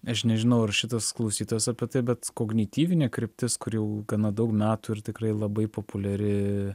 aš nežinau ar šitas klausytojas apie tai bet kognityvinė kryptis kuri jau gana daug metų ir tikrai labai populiari